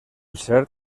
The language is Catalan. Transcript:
cert